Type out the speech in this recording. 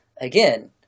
again